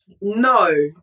no